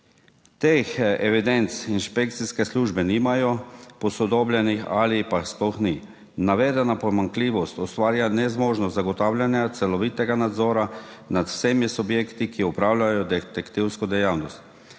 Teh evidenc inšpekcijske službe nimajo posodobljenih ali pa jih sploh ni. Navedena pomanjkljivost ustvarja nezmožnost zagotavljanja celovitega nadzora nad vsemi subjekti, ki opravljajo detektivsko dejavnost.